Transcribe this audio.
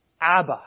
Abba